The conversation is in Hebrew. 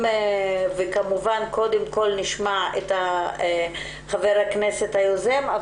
כמובן קודם כול נשמע את חבר הכנסת היוזם,